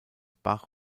bach